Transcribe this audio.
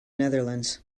netherlands